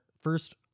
first